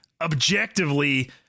objectively